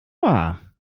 wahr